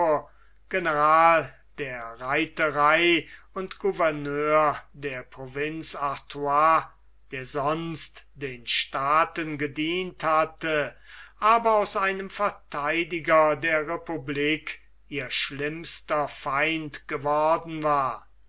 general der reiterei und gouverneur der provinz artois der sonst den staaten gedient hatte aber aus einem verteidiger der republik ihr schlimmster feind geworden war